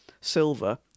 silver